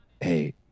Hey